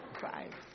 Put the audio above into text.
Five